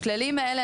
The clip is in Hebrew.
בכללים האלה,